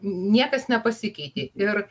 niekas nepasikeitė ir